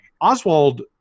Oswald